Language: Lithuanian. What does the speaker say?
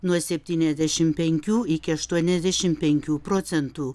nuo septyniasdešim penkių iki aštuoniasdešim penkių procentų